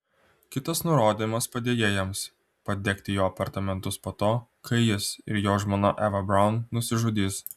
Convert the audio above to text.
kitas nurodymas padėjėjams padegti jo apartamentus po to kai jis ir jo žmona eva braun nusižudys